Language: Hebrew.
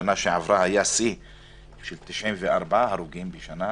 בשנה שעברה היה שיא של 94 הרוגים בשנה,